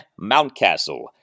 Mountcastle